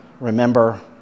remember